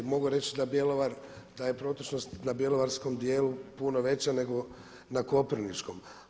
Mogu reći da Bjelovar, da je protočnost na bjelovarskom dijelu puno veća nego na koprivničkom.